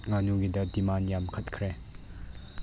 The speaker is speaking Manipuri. ꯉꯥꯅꯨꯒꯤꯗ ꯗꯤꯃꯥꯟ ꯌꯥꯝꯈꯠꯈ꯭ꯔꯦ